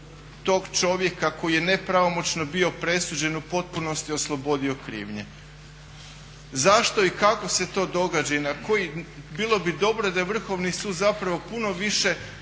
tog čovjeka koji je nepravomoćno bio presuđen u potpunosti oslobodio krivnje. Zašto i kako se to događa i na koji način, bilo bi dobro da je Vrhovni sud zapravo puno više